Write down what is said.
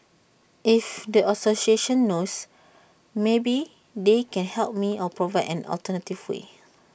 if the association knows maybe they can help me or provide an alternative way